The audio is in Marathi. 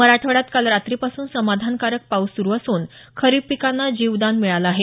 मराठवाड्यात काल रात्रीपासून समाधानकारक पाऊस सुरु असून खरीप पिकांना जीवदान मिळालं आहे